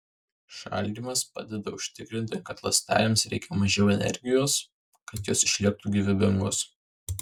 šaldymas padeda užtikrinti kad ląstelėms reikia mažiau energijos kad jos išliktų gyvybingos